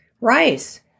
rice